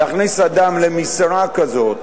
להכניס אדם למשרה כזאת,